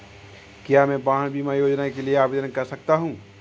क्या मैं वाहन बीमा योजना के लिए आवेदन कर सकता हूँ?